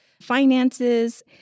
finances